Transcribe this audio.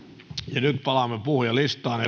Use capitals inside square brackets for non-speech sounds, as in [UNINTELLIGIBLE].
ja nyt palaamme puhujalistaan [UNINTELLIGIBLE]